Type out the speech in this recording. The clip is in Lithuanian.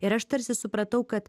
ir aš tarsi supratau kad